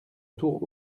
tour